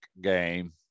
game